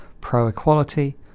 pro-equality